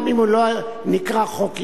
גם אם הוא לא נקרא חוק-יסוד.